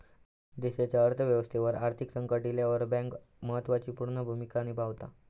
देशाच्या अर्थ व्यवस्थेवर आर्थिक संकट इल्यावर बँक महत्त्व पूर्ण भूमिका निभावता